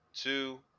two